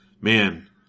man